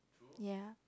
yea